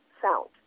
sound